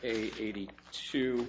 eighty two